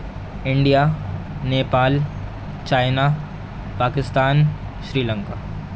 India Nepal China Pakistan Sri Lanka